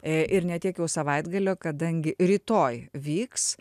ir ne tiek jau savaitgalio kadangi rytoj vyks